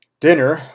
Dinner